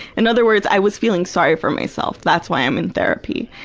and other words, i was feeling sorry for myself. that's why i'm in therapy.